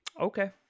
Okay